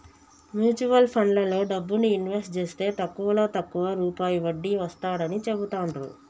mutual ఫండ్లలో డబ్బుని invest జేస్తే తక్కువలో తక్కువ రూపాయి వడ్డీ వస్తాడని చెబుతాండ్రు